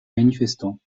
manifestants